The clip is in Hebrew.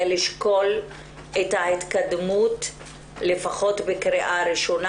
לשקול את ההתקדמות לפחות בקריאה ראשונה.